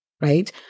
right